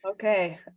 Okay